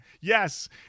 Yes